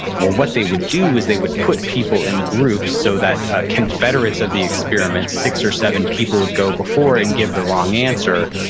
well, what they would do is they would put people in groups so that confederates of the experiment, six or seven people, would go before and give the wrong answer,